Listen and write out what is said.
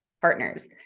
partners